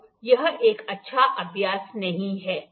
तो यह एक अच्छा अभ्यास नहीं है